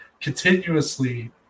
continuously